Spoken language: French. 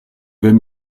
vingt